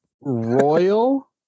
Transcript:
Royal